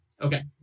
Okay